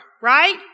right